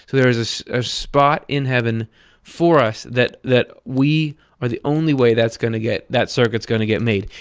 there's there's a spot in heaven for us that. that we are the only way that's going to get. that circuit's going to get made.